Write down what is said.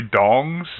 dongs